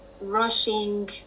Rushing